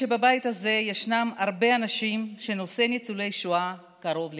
שבבית הזה ישנם הרבה אנשים שנושא ניצולי השואה קרוב לליבם.